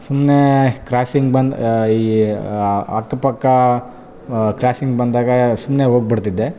ಸುಮ್ಮನೆ ಕ್ರಾಸ್ಸಿಂಗ್ ಬಂದು ಅಕ್ಕಪಕ್ಕ ಕ್ರಾಸಿಂಗ್ ಬಂದಾಗ ಸುಮ್ಮನೆ ಹೋಗ್ಬಿಡ್ತಿದ್ದೆ